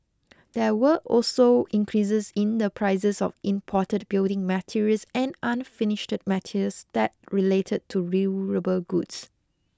there were also increases in the prices of imported building materials and unfinished metals that related to durable goods